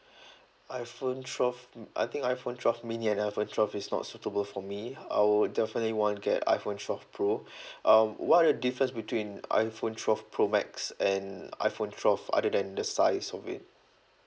iphone twelve mm I think iphone twelve mini and iphone twelve is not suitable for me I would definitely want to get iphone twelve pro uh what are the difference between iphone twelve pro max and iphone twelve other than the size of it